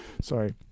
Sorry